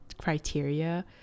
criteria